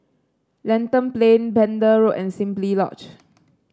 Lentor Plain Pender Road and Simply Lodge